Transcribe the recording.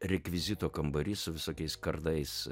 rekvizito kambarys su visokiais kardais